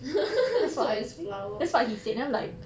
做 as flower